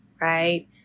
right